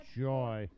joy